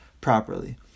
properly